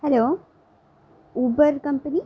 hello Uber company